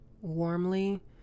warmly